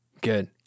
Good